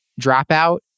dropout